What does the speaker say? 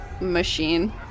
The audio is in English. machine